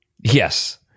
Yes